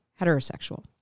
heterosexual